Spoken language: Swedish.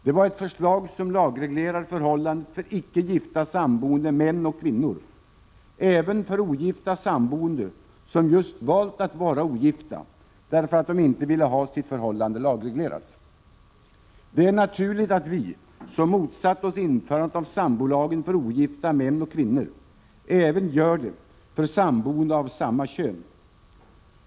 Det var ett förslag som lagreglerar förhållandet för icke gifta samboende män och kvinnor samt även för ogifta samboende som just valt att vara ogifta därför att de inte vill ha sitt förhållande lagreglerat. Det är naturligt att vi, som motsatte oss införandet av sambolagen för ogifta män och kvinnor, även gör det för samboende av samma kön.